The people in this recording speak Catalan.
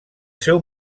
seu